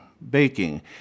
baking